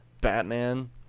Batman